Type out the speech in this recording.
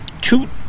two